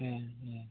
ᱦᱮᱸ ᱦᱮᱸ